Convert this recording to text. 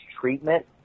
treatment